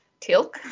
Tilk